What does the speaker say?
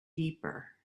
deeper